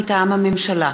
מטעם הממשלה: